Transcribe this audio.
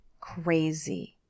crazy